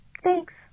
Thanks